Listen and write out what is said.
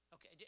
Okay